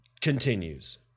continues